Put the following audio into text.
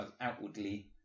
outwardly